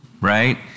right